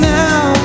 now